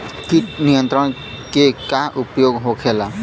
कीट नियंत्रण के का उपाय होखेला?